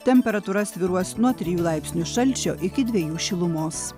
temperatūra svyruos nuo trijų laipsnių šalčio iki dviejų šilumos